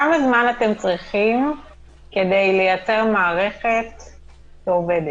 כמה זמן אתם צריכים כדי לייצר מערכת שעובדת?